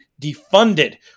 Defunded